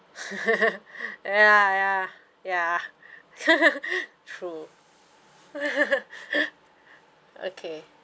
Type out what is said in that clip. ya ya ya ya true okay